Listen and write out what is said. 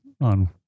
on